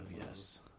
yes